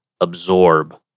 absorb